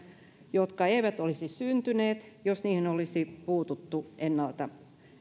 joita ei olisi syntynyt jos niihin olisi puututtu ennalta